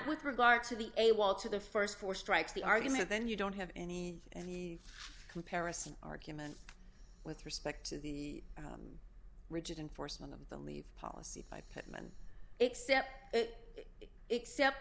with regard to the a wall to the st floor strikes the argument then you don't have any and the comparison argument with respect to the rigid enforcement of the leave policy by pitman except it except